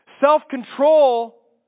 Self-control